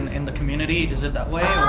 in the community, is it that way, or?